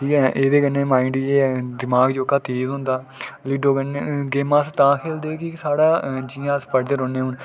एह्दे कन्नै माइंड ऐ दमाग जोह्का ठीक होंदा लीडो कन्नै गेम्मां अस तां खेल्लदे कि साढ़ा जि'यां अस पढ़दे रौह्ने हून